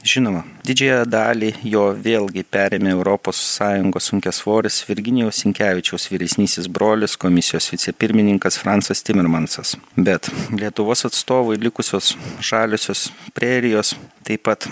žinoma didžiąją dalį jo vėlgi perėmė europos sąjungos sunkiasvoris virginijaus sinkevičiaus vyresnysis brolis komisijos vicepirmininkas francas timirmansas bet lietuvos atstovui likusios žaliosios prerijos taip pat